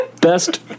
Best